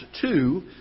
two